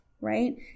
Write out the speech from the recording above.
Right